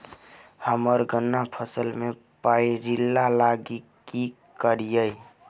हम्मर गन्ना फसल मे पायरिल्ला लागि की करियै?